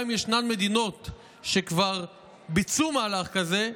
גם אם ישנן מדינות שכבר ביצעו מהלך כזה,